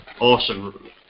awesome